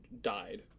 died